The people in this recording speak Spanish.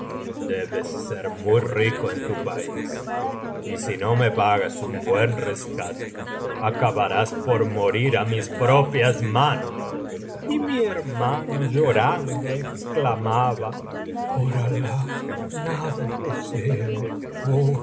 debes ser muy rico en tu país y si no me pagas un buen rescate acabarás por morir á mis propias manos y mi hermano llorando exclamaba por alah nada poseo